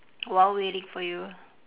while waiting for you